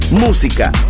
música